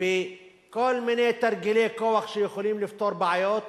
בכל מיני תרגילי כוח שיכולים לפתור בעיות,